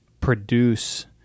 produce